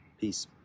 Peace